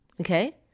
okay